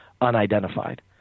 unidentified